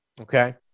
Okay